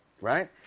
right